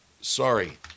Sorry